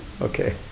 Okay